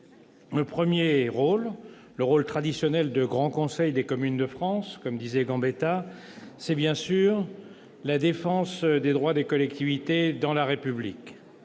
Le premier rôle, le rôle traditionnel du « grand conseil des communes de France », comme disait Gambetta, c'est bien sûr la défense des droits des collectivités dans la République.